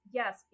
yes